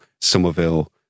Somerville